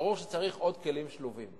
ברור שצריך עוד כלים שלובים.